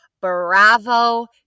Bravo